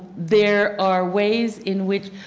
there are ways in which